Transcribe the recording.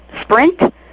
Sprint